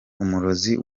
umurozi